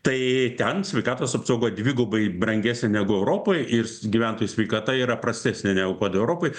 tai ten sveikatos apsauga dvigubai brangesnė negu europoj ir s gyventojų sveikata yra prastesnė negu kad europoj